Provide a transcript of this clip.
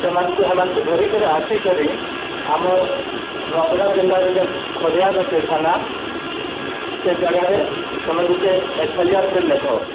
ସେମାନଙ୍କୁ ସେମାନଙ୍କୁ ଧରିକରି ଆସିକରି ଆମର ନୂଆପଡ଼ା ଜିଲ୍ଲାରୁ ଯେନ୍ ଖରିଆର ଅଛେ ଥାନା ସେ ଜାଗାରେ ତମେ ଗୁଟେ ଏଫ୍ଆଇଆର୍ଟେ ଲେଖଅ